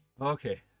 okay